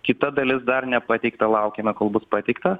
kita dalis dar nepateikta laukiame kol bus pateikta